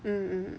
mm mm